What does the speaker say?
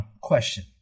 question